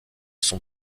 sont